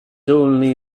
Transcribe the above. only